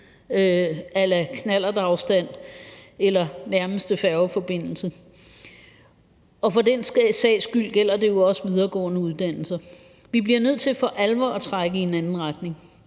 a la knallertafstand eller nærmeste færgeforbindelse. Og det gælder for den sags skyld også videregående uddannelser. Vi bliver nødt til for alvor at trække i en anden retning.